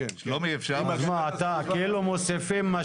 אבל אז יהיה 12 חברים בוועדה אם מוסיפים את